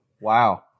wow